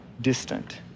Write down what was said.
distant